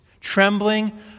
trembling